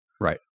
Right